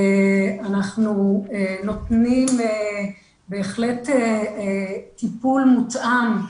אנחנו נותנים בהחלט טיפול מותאם,